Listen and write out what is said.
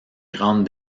grande